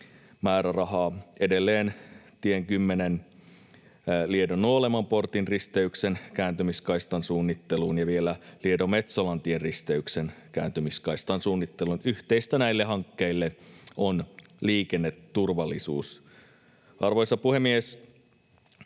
edelleen tien 10 Liedon Nuolemonportin risteyksen kääntymiskaistan suunnitteluun ja vielä Liedon Metsolantien risteyksen kääntymiskaistan suunnitteluun. Yhteistä näille hankkeille on liikenneturvallisuus. Arvoisa puhemies!